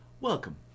Welcome